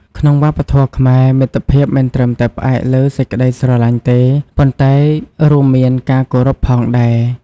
ក្នុងវប្បធម៌ខ្មែរ មិត្តភាពមិនត្រឹមតែផ្អែកលើសេចក្ដីស្រឡាញ់ទេ ប៉ុន្តែរួមមានការគោរពផងដែរ។